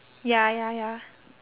ya ya ya